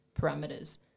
parameters